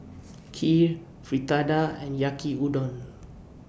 Kheer Fritada and Yaki Udon